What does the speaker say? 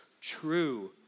true